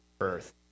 earth